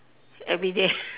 everyday